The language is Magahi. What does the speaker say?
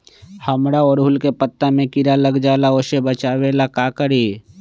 हमरा ओरहुल के पत्ता में किरा लग जाला वो से बचाबे ला का करी?